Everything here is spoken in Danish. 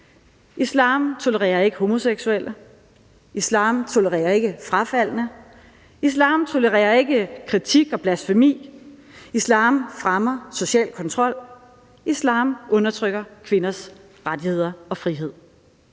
Islam tolererer ikke homoseksuelle. Islam tolererer ikke frafaldne. Islam tolererer ikke kritik og blasfemi. Islam fremmer social kontrol. Islam undertrykker kvinders rettigheder og frihed.